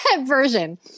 version